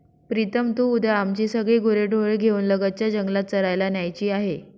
प्रीतम तू उद्या आमची सगळी गुरेढोरे घेऊन लगतच्या जंगलात चरायला न्यायची आहेत